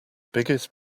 biggest